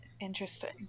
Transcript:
Interesting